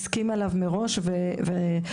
הסכים אליו מראש וזה עולה.